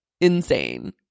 insane